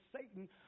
Satan